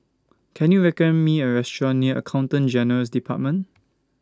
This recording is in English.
Can YOU recommend Me A Restaurant near Accountant General's department